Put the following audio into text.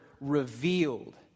revealed